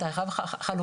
אתה חייב חלוקה,